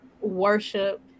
worship